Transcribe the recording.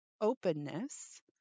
openness